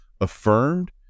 affirmed